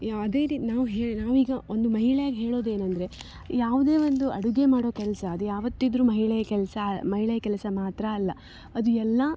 ಯಾವುದೇ ರೀತಿ ನಾವು ಹೇಳ ನಾವೀಗ ಒಂದು ಮಹಿಳೆಯಾಗಿ ಹೇಳೋದೇನಂದರೆ ಯಾವುದೇ ಒಂದು ಅಡುಗೆ ಮಾಡೋ ಕೆಲಸ ಅದು ಯಾವತ್ತಿದ್ದರೂ ಮಹಿಳೆಯ ಕೆಲಸ ಮಹಿಳೆಯ ಕೆಲಸ ಮಾತ್ರ ಅಲ್ಲ ಅದು ಎಲ್ಲ